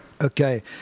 Okay